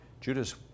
Judas